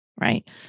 right